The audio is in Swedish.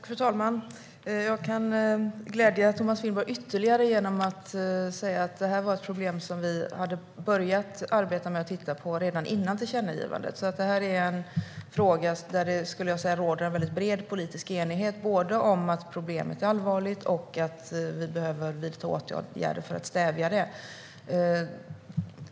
Fru talman! Jag kan glädja Thomas Finnborg ytterligare genom att säga att detta var ett problem som vi hade börjat att arbeta med och titta på redan före tillkännagivandet. Det är en fråga där det råder en väldigt bred politisk enighet både om att problemet är allvarligt och om att vi behöver vidta åtgärder för att stävja det.